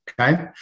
Okay